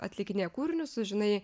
atlikinėja kūrinius sužinai